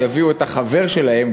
שיביאו את החבר שלהם,